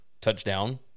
touchdown